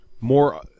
More